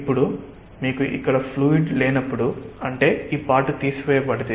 ఇప్పుడు మీకు ఇక్కడ ఫ్లూయిడ్ లేనప్పుడు అంటే ఈ పార్ట్ తీసివేయబడింది